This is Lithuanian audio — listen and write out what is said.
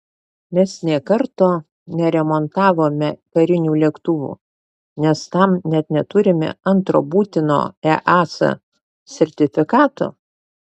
mes nė karto neremontavome karinių lėktuvų nes tam net neturime antro būtino easa sertifikato